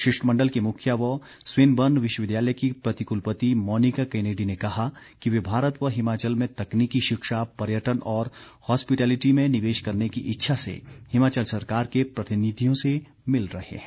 शिष्टमण्डल की मुखिया व स्विनबर्न विश्वविद्यालय की प्रतिकुलपति मोनिका कोनेडी ने कहा कि वे भारत व हिमाचल में तकनीकी शिक्षा पर्यटन और हॉस्पिटेलेटी में निवेश करने की इच्छा से हिमाचल सरकार के प्रतिनिधियों से मिल रहे हैं